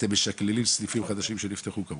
אתם משקללים סניפים חדשים שנפתחו כמובן?